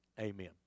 Amen